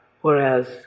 Whereas